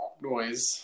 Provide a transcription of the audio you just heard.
noise